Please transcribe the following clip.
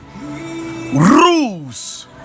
rules